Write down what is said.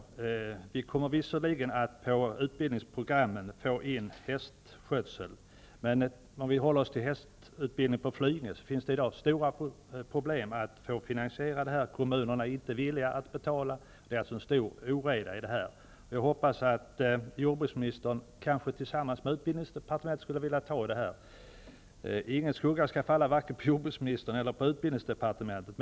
Visserligen kommer hästskötsel att tas med i utbildningsprogrammen, men hästutbildningen på Flyinge har i dag stora problem med finansieringen. Kommunerna är inte villiga att betala. Det är alltså stora oreda i det hela. Jag hoppas att jordbruksministern, kanske tillsammans med utbildningsdepartementet, skulle kunna se över problemet. Ingen skugga skall falla på vare sig jordbruksministern eller på utbildningsdepartementet.